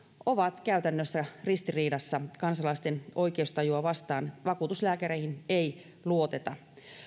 ovat käytännössä ristiriidassa kansalaisten oikeustajua vastaan vakuutuslääkäreihin ei luoteta